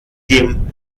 dem